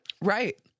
Right